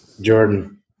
Jordan